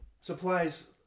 supplies